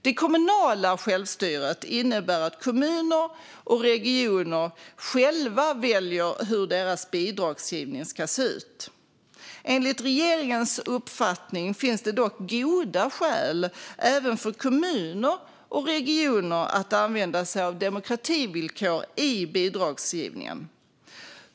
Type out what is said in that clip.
Det kommunala självstyret innebär att kommuner och regioner själva väljer hur deras bidragsgivning ska se ut. Enligt regeringens uppfattning finns det dock goda skäl även för kommuner och regioner att använda sig av demokrativillkor i bidragsgivningen.